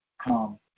come